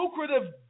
lucrative